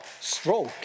stroke